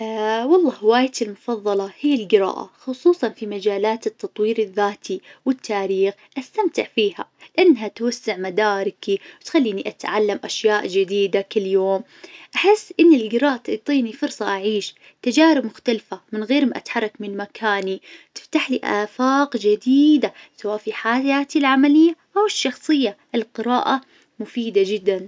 والله هوايتي المفظلة هي القراءة خصوصا في مجالات التطوير الذاتي والتاريخ استمتع فيها، إنها توسع مداركي وتخليني أتعلم أشياء جديدة كل يوم أحس إن القراءة تعطيني فرصة أعيش تجارب مختلفة من غير ما أتحرك من مكاني. تفتح لي آفاق جديدة سواء في .حياتي العملية أو الشخصية. القراءة مفيدة جدا